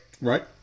Right